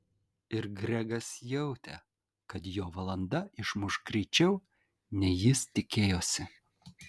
ir gregas jautė kad jo valanda išmuš greičiau nei jis tikėjosi